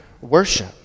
worship